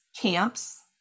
camps